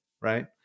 right